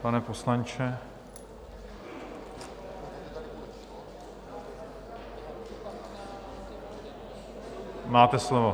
Pane poslanče, máte slovo.